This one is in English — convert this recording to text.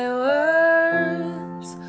words